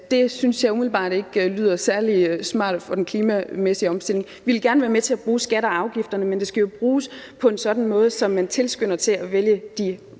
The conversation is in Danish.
Det synes jeg umiddelbart ikke lyder særlig smart for den klimamæssige omstilling. Vi vil gerne være med til at bruge skatter og afgifter, men de skal jo bruges på en sådan måde, at man tilskynder til at vælge de